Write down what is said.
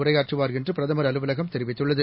உரையாற்றுவார் என்றுபிரதமர் அவர் அலுவலகம் தெரிவித்துள்ளது